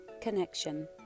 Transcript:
Connection